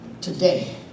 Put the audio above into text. today